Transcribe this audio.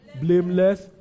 blameless